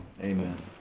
Amen